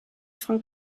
von